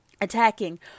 attacking